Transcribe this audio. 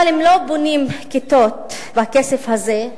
אבל אם לא בונים כיתות בכסף הזה,